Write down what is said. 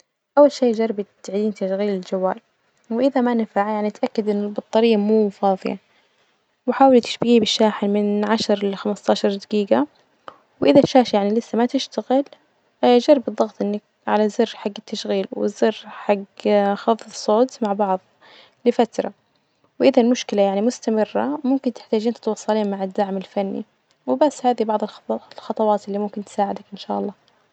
أول شي جربي تعيدين تشغيل الجوال، وإذا ما نفع يعني تأكدي إن البطارية مو فاظية، وحاولي تشبهيه بالشاحن من عشر لخمسطعشر دجيجة، وإذا الشاشة يعني لسه ما تشتغل جربي الضغط إنك على الزر حج التشغيل والزر حج خفض الصوت مع بعض لفترة، وإذا المشكلة يعني مستمرة ممكن تحتاجين تتواصلين مع الدعم الفني وبس، هذي بعض الخط- الخطوات اللي ممكن تساعدك إن شاء الله.